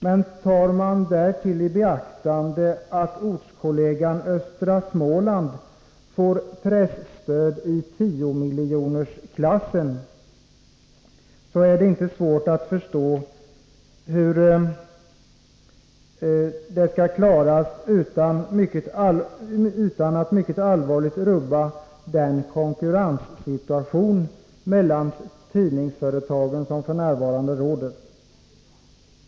Men tar man därtill i beaktande att ortskollegan Östra Småland får presstöd i tiomiljonersklassen, är det svårt att förstå hur detta skall klaras utan att mycket allvarligt rubba den konkurrenssituation mellan tidningsföretagen som f. n. råder.